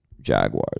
Jaguars